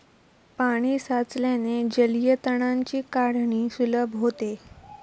पाणी साचल्याने जलीय तणांची काढणी सुलभ होते